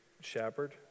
shepherd